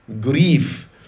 grief